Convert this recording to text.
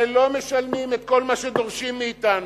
ולא משלמים את כל מה שדורשים מאתנו,